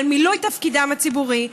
ועל מילוי תפקידם הציבורי.